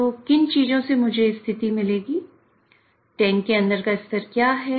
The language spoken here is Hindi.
तो किन चीजों से मुझे स्थिति मिलेगी टैंक के अंदर का स्तर क्या है